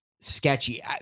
sketchy